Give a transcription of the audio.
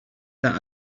that